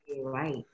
right